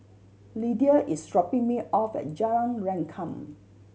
Lidia is dropping me off at Jalan Rengkam